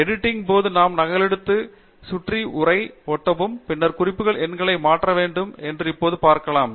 editing போது நாம் நகலெடுத்து சுற்றி உரை ஒட்டவும் பின்னர் குறிப்பு எண்கள் மாற்ற வேண்டும் என்று இப்போது பார்க்கலாம்